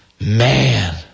Man